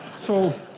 so